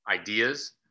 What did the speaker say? ideas